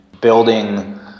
building